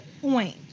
point